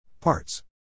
Parts